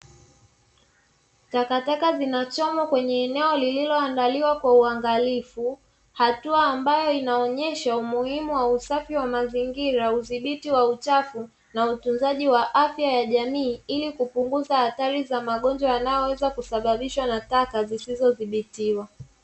Takataka zinachomwa kwenye eneo lilioandaliwa kwa ungalifu, hatua ambayo inaonyesha muhimu wa usafi wa mazingira udhibiti wa uchafu na utunzaji wa afya ya jamii. Ili kupunguza hatari za magonjwa yanayoweza kusababishwa na taka zisizodhibitwa.